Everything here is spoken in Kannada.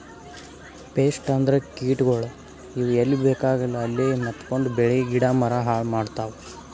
ಪೆಸ್ಟ್ ಅಂದ್ರ ಕೀಟಗೋಳ್, ಇವ್ ಎಲ್ಲಿ ಬೇಕಾಗಲ್ಲ ಅಲ್ಲೇ ಮೆತ್ಕೊಂಡು ಬೆಳಿ ಗಿಡ ಮರ ಹಾಳ್ ಮಾಡ್ತಾವ್